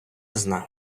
знаю